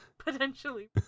Potentially